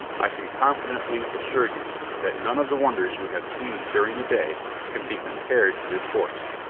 i can confidently assure you that none of the wonders you have seen during the day can be compared to this horse,